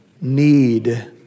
need